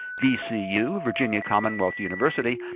vcu, virginia commonwealth university,